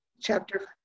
Chapter